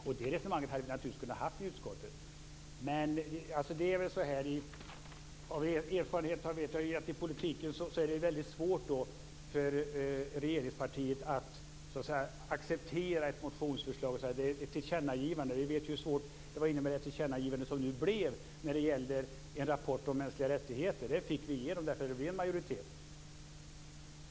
Och det resonemanget hade vi naturligtvis kunnat ha i utskottet, men av erfarenhet vet jag ju att i politiken är det väldigt svårt för regeringspartiet att acceptera ett motionsförslag så att det blir ett tillkännagivande. Vi vet ju hur svårt det var innan det blev ett tillkännagivande nu när det gäller en rapport om mänskliga rättigheter. Det fick vi igenom därför att det blev majoritet.